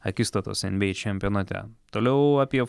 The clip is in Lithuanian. akistatos nba čempionate toliau apie